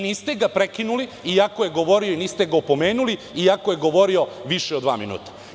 Niste ga prekinuli, iako je govorio i niste ga opomenuli, iako je govorio više od dva minuta.